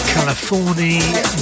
California